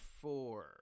Four